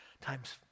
time's